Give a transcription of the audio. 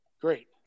Great